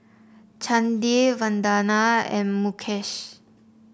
Chandi Vandana and Mukesh